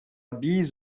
biz